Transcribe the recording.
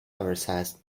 oversized